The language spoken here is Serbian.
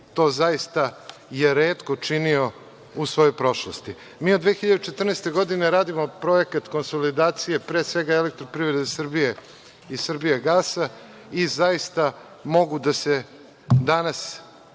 to zaista je retko činio u svojoj prošlosti. Mi od 2014. godine radimo projekat konsolidacije, pre svega Elektroprivrede Srbije i Srbijagasa, i zaista mogu da se danas,